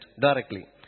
directly